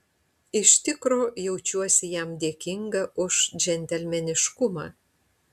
iš tikro jaučiuosi jam dėkinga už džentelmeniškumą